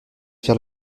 faire